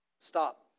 Stop